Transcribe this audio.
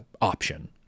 option